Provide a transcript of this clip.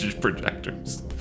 projectors